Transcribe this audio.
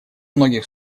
многих